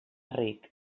ric